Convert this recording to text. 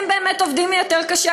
הם באמת עובדים יותר קשה,